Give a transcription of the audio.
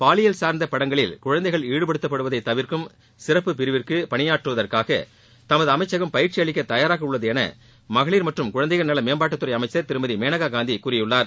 பாலியல் சார்ந்த படங்களில் குழந்தைகள் ஈடுபடுத்தப்படுவதை தவிர்க்கும் சிறப்பு பிரிவுக்கு பணியாற்றுவதற்காக தமது அமைச்சகம் பயிற்சி அளிக்க தயாராக உள்ளது என மகளிர் மற்றும் குழந்தைகள் நல மேம்பாட்டுத்துறை அமைச்சர் திருமதி மேனகாகாந்தி கூறியுள்ளார்